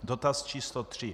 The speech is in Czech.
Dotaz číslo tři.